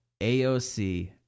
AOC